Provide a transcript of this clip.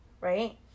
right